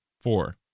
Four